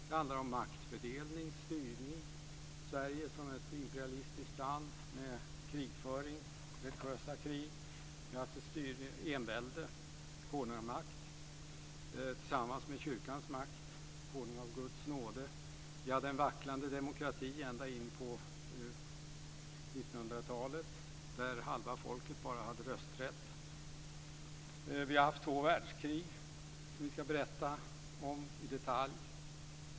Det handlar om maktfördelning, styrning, Sverige som ett imperalistiskt land med krigföring, religiösa krig. Vi har haft ett envälde, konungamakt tillsammans med kyrkans makt - konung av Guds nåde. Vi hade en vacklande demokrati ända in på 1900-talet då bara halva folket hade rösträtt. Vi har haft två världskrig som vi ska berätta om i detalj.